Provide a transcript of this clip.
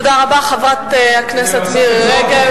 תודה רבה, חברת הכנסת מירי רגב.